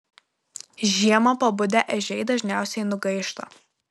žiemą pabudę ežiai dažniausiai nugaišta